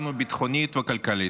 הופקרנו ביטחונית וכלכלית.